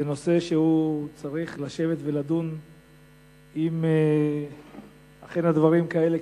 זה נושא שצריך לשבת ולדון אם אכן הדברים כאלה,